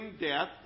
death